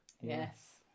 Yes